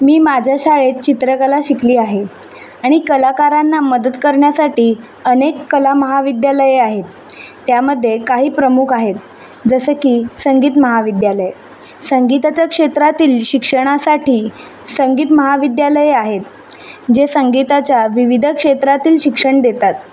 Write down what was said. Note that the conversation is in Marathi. मी माझ्या शाळेत चित्रकला शिकली आहे आणि कलाकारांना मदत करण्यासाठी अनेक कला महाविद्यालये आहेत त्यामध्ये काही प्रमुख आहेत जसं की संगीत महाविद्यालय संगीताच्या क्षेत्रातील शिक्षणासाठी संगीत महाविद्यालये आहेत जे संगीताच्या विविध क्षेत्रातील शिक्षण देतात